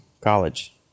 college